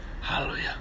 Hallelujah